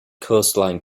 coastline